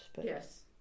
Yes